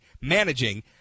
managing